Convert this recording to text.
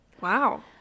Wow